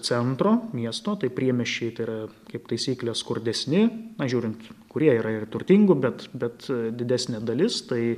centro miesto tai priemiesčiai tai yra kaip taisyklė skurdesni na žiūrint kurie yra ir turtingų bet bet didesnė dalis tai